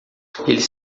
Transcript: eles